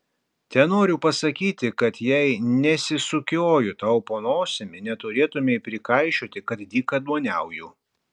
tenoriu pasakyti kad jei nesisukioju tau po nosimi neturėtumei prikaišioti kad dykaduoniauju